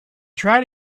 tried